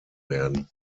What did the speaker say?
werden